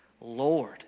Lord